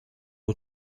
aux